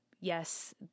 Yes